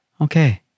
Okay